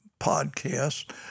podcast